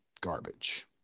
garbage